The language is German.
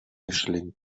mischling